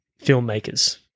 filmmakers